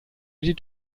die